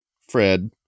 Fred